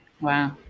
Wow